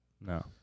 No